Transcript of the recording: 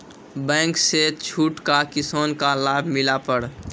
Bank से छूट का किसान का लाभ मिला पर?